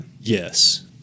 yes